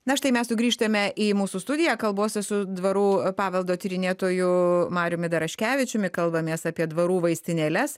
na štai mes sugrįžtame į mūsų studiją kalbuosi su dvarų paveldo tyrinėtoju mariumi daraškevičiumi kalbamės apie dvarų vaistinėles